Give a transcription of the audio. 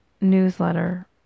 newsletter